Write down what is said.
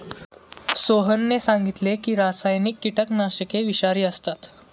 सोहनने सांगितले की रासायनिक कीटकनाशके विषारी असतात